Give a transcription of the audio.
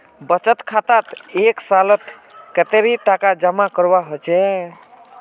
बचत खातात एक सालोत कतेरी टका जमा करवा होचए?